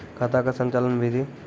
खाता का संचालन बिधि?